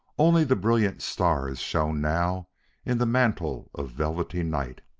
only the brilliant stars shone now in the mantle of velvety night.